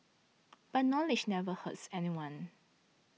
but knowledge never hurts anyone